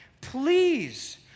Please